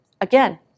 Again